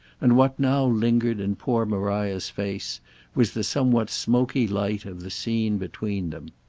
and what now lingered in poor maria's face was the somewhat smoky light of the scene between them.